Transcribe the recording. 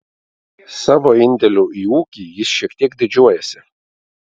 savo indėliu į ūkį jis šiek tiek didžiuojasi